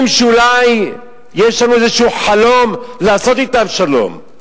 שאולי יש לנו איזה חלום לעשות אתן שלום?